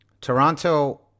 Toronto